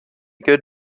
good